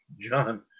John